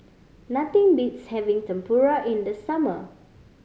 nothing beats having Tempura in the summer